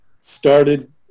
started